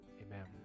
Amen